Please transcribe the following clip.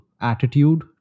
attitude